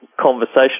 conversation